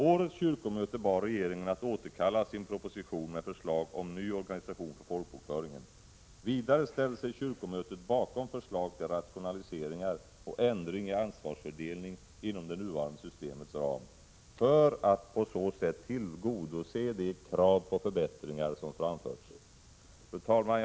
Årets kyrkomöte bad regeringen att återkalla sin proposition med förslag om ny organisation för folkbokföringen. Vidare ställde sig kyrkomötet bakom förslag till rationaliseringar och ändring i ansvarsfördelning inom det nuvarande systemets ram, för att på så sätt tillgodose de krav på förbättringar som framförts. Fru talman!